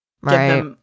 right